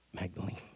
Magdalene